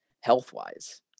health-wise